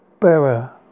bearer